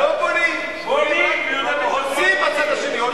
לא, לא בונים, הורסים בצד השני.